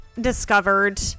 discovered